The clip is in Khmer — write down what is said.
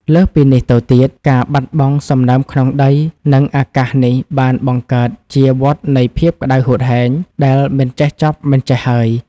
លើសពីនេះទៅទៀត ការបាត់បង់សំណើមក្នុងដី និងអាកាសនេះបានបង្កើតជា វដ្តនៃភាពក្តៅហួតហែង ដែលមិនចេះចប់មិនចេះហើយ។